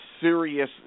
serious